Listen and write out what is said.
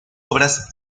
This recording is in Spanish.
obras